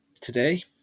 today